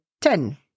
ten